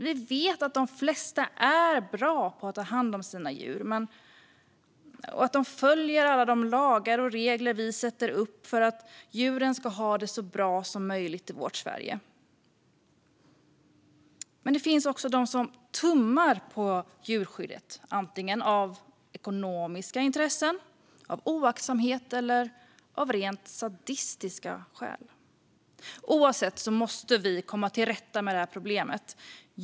Vi vet att de flesta är bra på att ta hand om sina djur och följer alla de lagar och regler vi sätter upp för att djuren ska ha det så bra som möjligt i vårt Sverige. Men det finns också de som tummar på djurskyddet, på grund av ekonomiska intressen, av oaktsamhet eller av rent sadistiska skäl. Oavsett vilket måste vi komma till rätta med problemet.